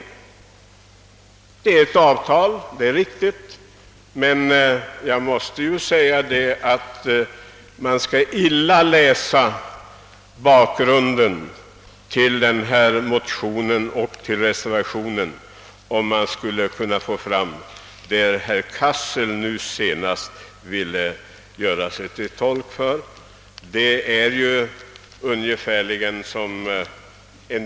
Det är riktigt att det är fråga om ett avtal, men det är orhöjligt att i motionen och reservationen läsa sig till vad herr Cassel gjorde sig till tolk för. Det är ungefär som när en.